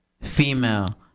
female